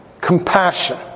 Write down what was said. compassion